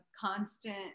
constant